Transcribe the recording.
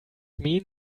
mean